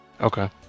Okay